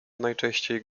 najczęściej